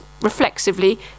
reflexively